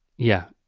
yeah.